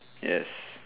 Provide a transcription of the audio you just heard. yes